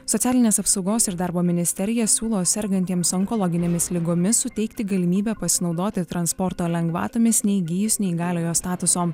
socialinės apsaugos ir darbo ministerija siūlo sergantiems onkologinėmis ligomis suteikti galimybę pasinaudoti transporto lengvatomis neįgyjus neįgaliojo statuso